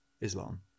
Islam